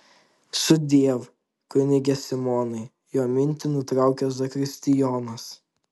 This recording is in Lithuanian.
sudiev kunige simonai jo mintį nutraukia zakristijonas